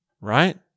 right